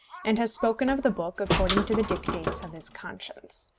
and has spoken of the book according to the dictates of his conscience.